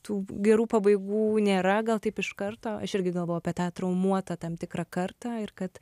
tų gerų pabaigų nėra gal taip iš karto aš irgi galvojau apie tą traumuotą tam tikrą kartą ir kad